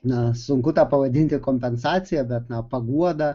na sunku tą pavadinti kompensacija bet na paguodą